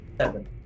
Seven